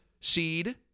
seed